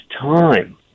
time